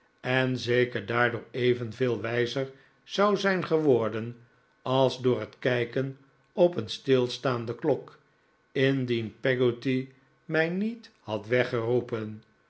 en zeker daardoor evenveel wijzer zou zijn geworden als door het kijken op een stilstaande klok indien peggotty mij niet had weggeroepen